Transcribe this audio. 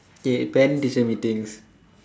K but then they sell me things